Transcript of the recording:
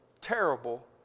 terrible